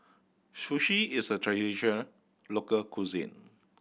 sushi is a traditional local cuisine